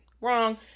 wrong